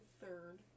third